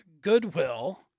Goodwill